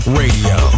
radio